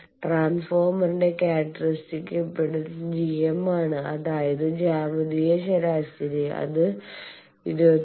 ട്രാൻസ്ഫോർമറിന്റെ characteristic impedance GM ആണ് അതായത് ജ്യാമിതീയ ശരാശരി അത് 22